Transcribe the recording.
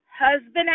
husband